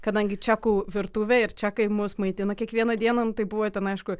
kadangi čekų virtuvė ir čekai mus maitina kiekvieną dieną tai buvo ten aišku